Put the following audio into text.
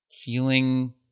feeling